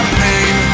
pain